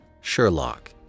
SHERLOCK